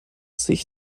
sich